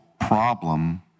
problem